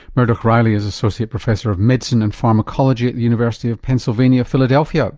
muredach reilly is associate professor of medicine and pharmacology at the university of pennsylvania philadelphia